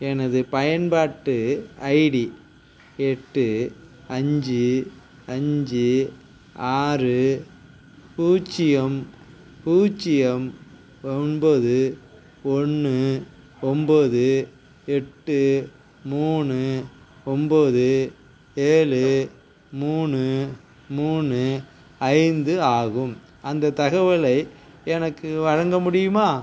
எனது பயன்பாட்டு ஐடி எட்டு அஞ்சு அஞ்சு ஆறு பூஜ்ஜியம் பூஜ்ஜியம் ஒன்போது ஒன்று ஒன்போது எட்டு மூணு ஒன்போது ஏழு மூணு மூணு ஐந்து ஆகும் அந்த தகவலை எனக்கு வழங்க முடியுமா